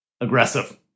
aggressive